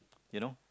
you know